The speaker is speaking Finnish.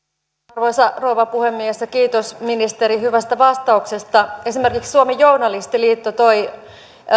arvoisa rouva puhemies kiitos ministeri hyvästä vastauksesta esimerkiksi suomen journalistiliitto toi